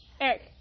Eric